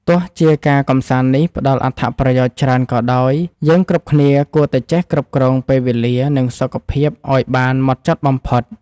ទោះជាការកម្សាន្តនេះផ្ដល់អត្ថប្រយោជន៍ច្រើនក៏ដោយយើងគ្រប់គ្នាគួរតែចេះគ្រប់គ្រងពេលវេលានិងសុខភាពឱ្យបានហ្មត់ចត់បំផុត។